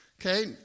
Okay